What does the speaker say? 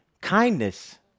kindness